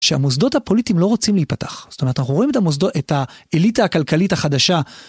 שהמוסדות הפוליטיים לא רוצים להיפתח. זאת אומרת, אנחנו רואים את המוסדות, את האליטה הכלכלית החדשה.